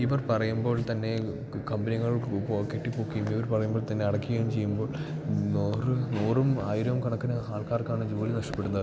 ഇവർ പറയുമ്പോൾ തന്നെ കമ്പിനികൾ കെട്ടി പൊക്കുകയും ഇവർ പറയുമ്പോൾ തന്നെ അടക്കുകയും ചെയ്യുമ്പോൾ നൂറ് നൂറും ആയിരവും കണക്കിന് ആൾക്കാർക്കാണ് ജോലി നഷ്ടപ്പെടുന്നത്